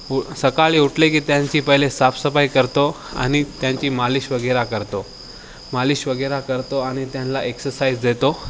उ सकाळी उठले की त्यांची पहिले साफसफाई करतो आणि त्यांची मालिशवगैरे करतो मालिशवगैरे करतो आणि त्यांना एक्सरसाईज देतो